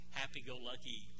happy-go-lucky